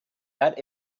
that